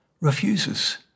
refuses